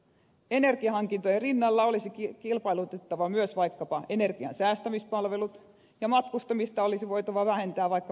energiahankintojen rinnalla olisi kilpailutettava myös vaikkapa energiansäästämispalvelut ja matkustamista olisi voitava vähentää vaikkapa videoneuvotteluilla